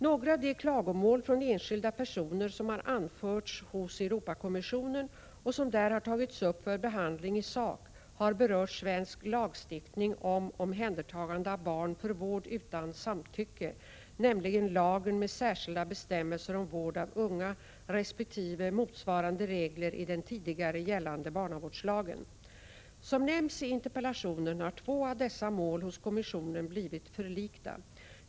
Några av de klagomål från enskilda personer som har anförts hos Europakommissionen och som där har tagits upp för behandling i sak har berört svensk lagstiftning om omhändertagande av barn för vård utan samtycke, nämligen lagen med särskilda bestämmelser om vård av unga resp. motsvarande regler i den tidigare gällande barnavårdslagen. Som nämns i interpellationen har två av dessa mål hos kommissionen blivit förlikta.